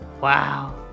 Wow